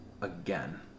again